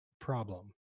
problem